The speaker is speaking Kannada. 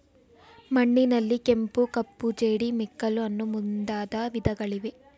ಮಣ್ಣಿನಲ್ಲಿ ಕೆಂಪು, ಕಪ್ಪು, ಜೇಡಿ, ಮೆಕ್ಕಲು ಅನ್ನೂ ಮುಂದಾದ ವಿಧಗಳಿವೆ